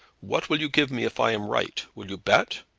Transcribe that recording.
what will you give me if i am right? will you bet?